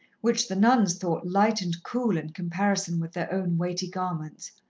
which the nuns thought light and cool in comparison with their own weighty garments,